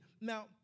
now